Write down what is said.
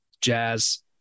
jazz